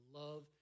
love